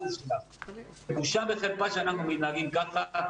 --- זאת בושה וחרפה שאנחנו מתנהגים כך.